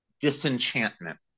disenchantment